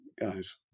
guys